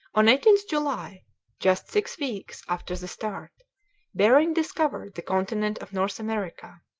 on eighteenth july just six weeks after the start behring discovered the continent of north america.